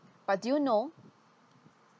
but do you know